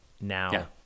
now